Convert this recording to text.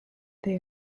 they